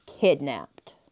kidnapped